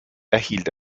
erhielt